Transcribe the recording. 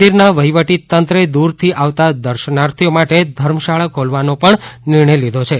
મંદિરના વહીવટીતંત્રે દૂરથી આવતા દર્શનાર્થીઓ માટે ધર્મશાળા ખોલવાનો પણ નિર્ણય લીધો છે